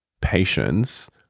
patience